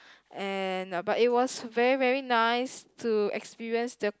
and uh but it was very very nice to experience the